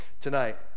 tonight